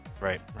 Right